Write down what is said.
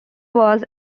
was